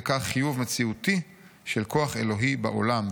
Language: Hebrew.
כך חיוב מציאותי של כוח אלוהי בעולם.